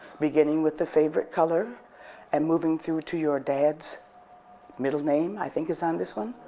beginning with the favorite color and moving through to your dad's middle name i think is on this one?